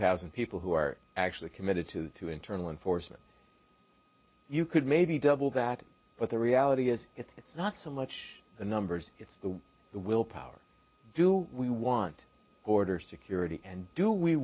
thousand people who are actually committed to to internal enforcement you could maybe double that but the reality is it's not so much the numbers it's the the will power do we want border security and do we